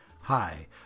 Hi